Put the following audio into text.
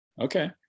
okay